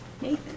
Nathan